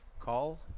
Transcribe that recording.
Call